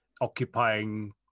occupying